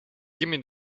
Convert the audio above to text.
gimme